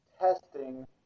testing